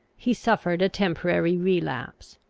he suffered a temporary relapse.